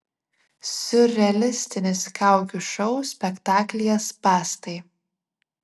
siurrealistinis kaukių šou spektaklyje spąstai